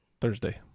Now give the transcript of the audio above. Thursday